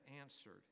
answered